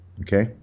Okay